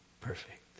perfect